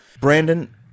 Brandon